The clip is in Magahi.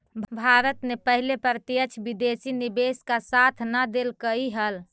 भारत ने पहले प्रत्यक्ष विदेशी निवेश का साथ न देलकइ हल